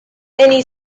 any